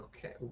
Okay